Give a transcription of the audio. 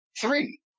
Three